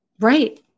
Right